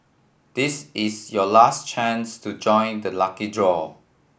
this is your last chance to join the lucky draw